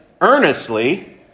earnestly